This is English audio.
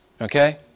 okay